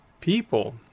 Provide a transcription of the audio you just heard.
people